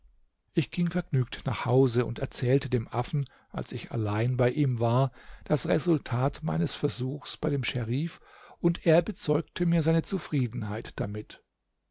ich ging vergnügt nach hause und erzählte dem affen als ich allein bei ihm war das resultat meines versuchs bei dem scherif und er bezeugte mir seine zufriedenheit damit